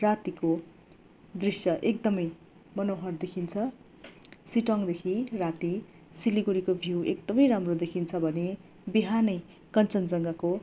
रातिको दृश्य एकदमै मनोहर देखिन्छ सिटोङदेखि राति सिलगडीको भ्यु एकदमै राम्रो देखिन्छ भने बिहानै कञ्चनजङ्घाको